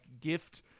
gift